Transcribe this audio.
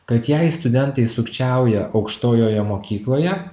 kad jei studentai sukčiauja aukštojoje mokykloje